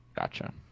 Gotcha